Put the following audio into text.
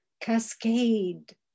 cascade